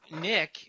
Nick